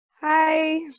Hi